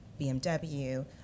BMW